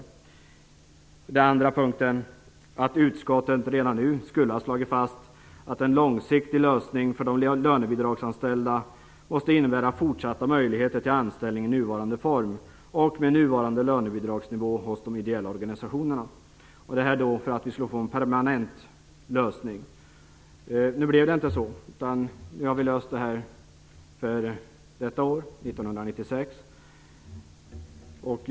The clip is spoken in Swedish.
För det andra skulle utskottet redan nu ha slagit fast att en långsiktig lösning för lönebidragsanställda måste innebära fortsatta möjligheter till anställning i nuvarande form och med nuvarande lönebidragsnivå hos de ideella organisationerna; detta för att få en permanent lösning. Nu blev det inte så, men vi har löst detta för innevarande år, 1996.